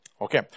Okay